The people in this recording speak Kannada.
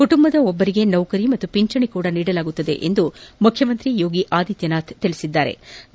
ಕುಟುಂಬದ ಒಬ್ಬರಿಗೆ ಉದ್ಯೋಗ ಹಾಗೂ ಪಿಂಚಣಿ ಕೂಡ ನೀಡಲಾಗುವುದು ಎಂದು ಮುಖ್ಯಮಂತ್ರಿ ಯೋಗಿ ಆದಿತ್ಯನಾಥ್ ತಿಳಿಸಿದ್ಗಾರೆ